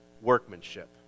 workmanship